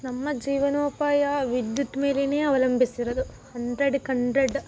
ನಮ್ಮ ಜೀವನೋಪಾಯ ವಿದ್ಯುತ್ ಮೇಲೆಯೇ ಅವಲಂಬಿಸಿರೋದು ಹಂಡ್ರೆಡ್ಕ್ಕೆ ಹಂಡ್ರೆಡ